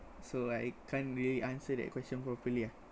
so I can't really answer that question properly ah